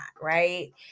right